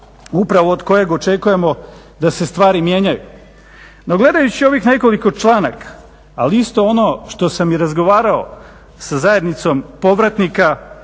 upravo od kojeg očekujemo da se stvari mijenjaju. No gledajući ovih nekoliko članaka ali isto ono što sam i razgovarao sa Zajednicom povratnika,